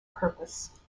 purpose